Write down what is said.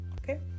Okay